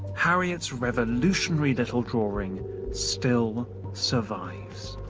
harriot's revolutionary little drawing still survives.